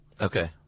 Okay